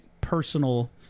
personal